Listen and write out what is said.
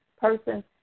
person